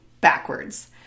backwards